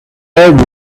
red